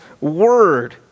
word